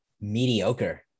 mediocre